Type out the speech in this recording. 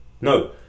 No